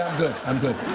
good. i'm good.